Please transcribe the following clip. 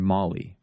Molly